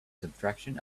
subtraction